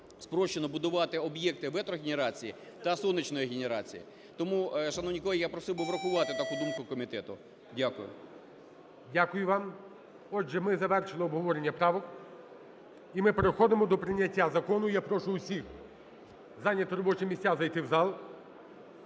спрощено будувати об'єкти вітрогенерації та сонячної генерації. Тому, шановні колеги, я просив би врахувати таку думку комітету. Дякую. ГОЛОВУЮЧИЙ. Дякую вам. Отже, ми завершили обговорення правок і ми переходимо до прийняття закону. Я прошу усіх зайняти робочі місця, зайти в зал.